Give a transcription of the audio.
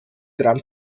gramm